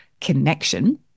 connection